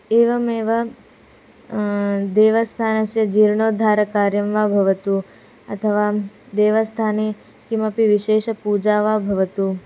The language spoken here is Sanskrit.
एवमेव देवस्थानस्य जीर्णोद्धारणकार्यं वा भवतु अथवा देवस्थाने किमपि विशेषपूजा वा भवतु